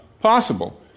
possible